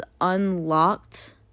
unlocked